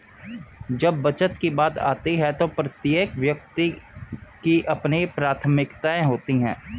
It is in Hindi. जब बचत की बात आती है तो प्रत्येक व्यक्ति की अपनी प्राथमिकताएं होती हैं